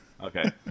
Okay